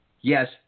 Yes